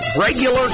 regular